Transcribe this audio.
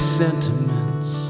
sentiments